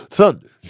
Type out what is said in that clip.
Thunder